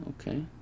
Okay